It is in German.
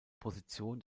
position